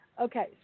Okay